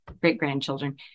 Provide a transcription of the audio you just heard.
great-grandchildren